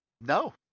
No